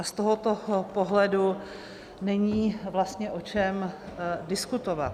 Z tohoto pohledu není vlastně o čem diskutovat.